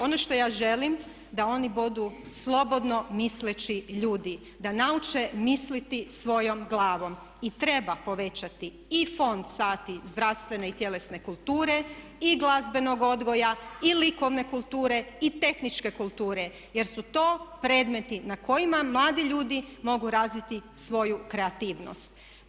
Ono što ja želim da oni budu slobodno misleći ljudi, da nauče misliti svojom glavom i treba povećati i fond sati zdravstvene i tjelesne kulture i glazbenog odgoja i likovne kulture i tehničke kulture jer su to predmeti na kojima mladi ljudi razviti svoju kreativnost.